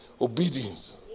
obedience